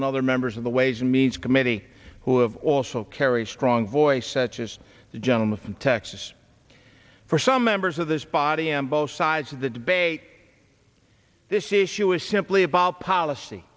and other members of the ways and means committee who have also carry a strong voice such as the gentleman from texas for some members of this body and both sides of the debate this issue is simply about policy